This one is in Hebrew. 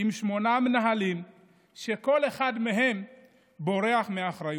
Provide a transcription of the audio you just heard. עם שמונה מנהלים שכל אחד מהם בורח מאחריות.